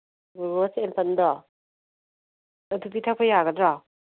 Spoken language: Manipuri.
ꯒ꯭ꯂꯨꯒꯣꯁ ꯑꯦꯝꯄꯜꯗꯣ ꯑꯗꯨ ꯄꯤꯊꯛꯞ ꯌꯥꯒꯗ꯭ꯔꯣ